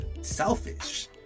Selfish